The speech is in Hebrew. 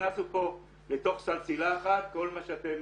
נכנסנו פה לתוך סלסלה אחת, כל מה שאתם